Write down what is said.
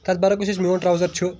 تتھ برعکس یُس میون ٹراوزر چھُ